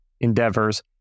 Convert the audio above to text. endeavors